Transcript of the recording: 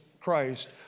Christ